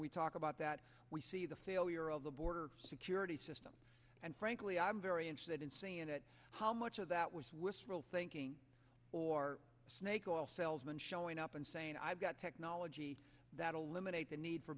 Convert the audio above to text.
we talk about that we see the failure of the border security system and frankly i'm very interested in seeing it how much of that was wishful thinking or a snake oil salesman showing up and saying i've got technology that will limit the need for